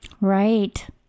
Right